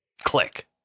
Click